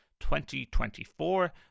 2024